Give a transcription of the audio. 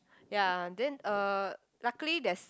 ya then uh luckily there's